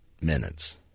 minutes